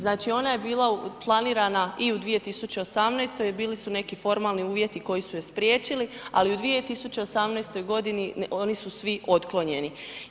Znači, ona je bila planirana i u 2018., bili su neki formalni uvjeti koji su je spriječili, ali u 2018.g. oni su svi otklonjeni.